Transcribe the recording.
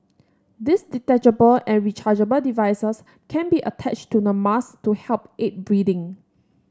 these detachable and rechargeable devices can be attached to the mask to help aid breathing